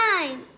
nine